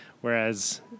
Whereas